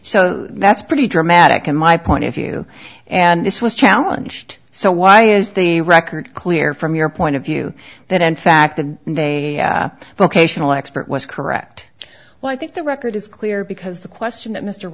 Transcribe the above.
so that's pretty dramatic in my point if you and this was challenged so why is the record clear from your point of view that in fact the vocational expert was correct well i think the record is clear because the question that mr